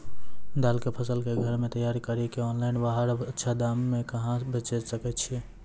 दाल के फसल के घर मे तैयार कड़ी के ऑनलाइन बाहर अच्छा दाम मे कहाँ बेचे सकय छियै?